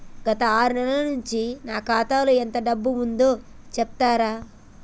గత ఆరు నెలల నుంచి నా ఖాతా లో ఎంత డబ్బు ఉందో చెప్తరా?